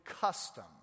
custom